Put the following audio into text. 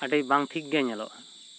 ᱟᱹᱰᱤ ᱵᱟᱝ ᱴᱷᱤᱠ ᱜᱮ ᱧᱮᱞᱚᱜᱼᱟ